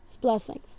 blessings